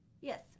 Yes